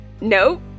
Nope